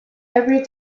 every